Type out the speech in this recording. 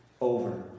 over